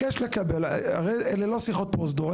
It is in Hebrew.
אלה לא שיחות פרוזדור.